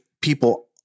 people